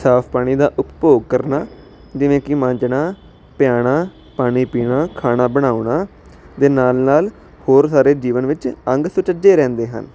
ਸਾਫ਼ ਪਾਣੀ ਦਾ ਉਪਭੋਗ ਕਰਨਾ ਜਿਵੇਂ ਕਿ ਮਾਂਜਣਾ ਪਿਆਉਣਾ ਪਾਣੀ ਪੀਣਾ ਖਾਣਾ ਬਣਾਉਣਾ ਦੇ ਨਾਲ ਨਾਲ ਹੋਰ ਸਾਰੇ ਜੀਵਨ ਵਿੱਚ ਅੰਗ ਸੁਚੱਜੇ ਰਹਿੰਦੇ ਹਨ